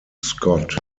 scott